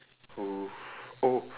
oo oh